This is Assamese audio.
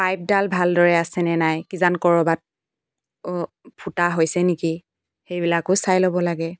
পাইপডাল ভালদৰে আছে নে নাই কিজান ক'ৰবাত ফুটা হৈছে নেকি সেইবিলাকো চাই ল'ব লাগে